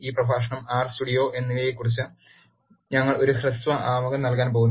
ഈ പ്രഭാഷണം R studio എന്നിവയെക്കുറിച്ച് ഞങ്ങൾ ഒരു ഹ്രസ്വ ആമുഖം നൽകാൻ പോകുന്നു